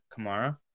Kamara